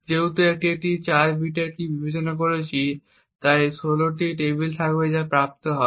যেহেতু আমরা একটি 4 বিট কী বিবেচনা করছি তাই 16টি টেবিল থাকবে যা প্রাপ্ত হবে